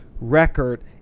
record